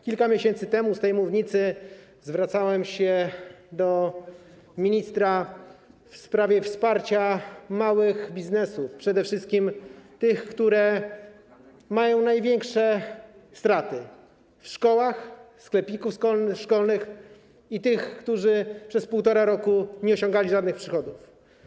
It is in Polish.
Kilka miesięcy temu z tej mównicy zwracałem się do ministra w sprawie wsparcia małych biznesów, przede wszystkim tych, które mają największe straty: sklepików szkolnych i tych którzy przez półtora roku nie osiągali żadnych przychodów.